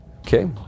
Okay